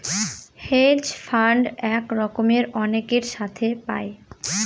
hedge fund এক রকমের অনেকের সাথে পায়